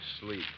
sleep